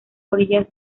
orillas